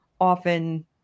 often